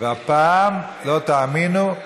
והפעם, לא תאמינו,